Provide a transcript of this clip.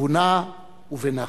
בתבונה ובנחת.